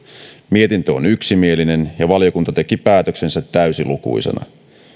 työtä mietintö on yksimielinen ja valiokunta teki päätöksensä täysilukuisena